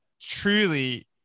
truly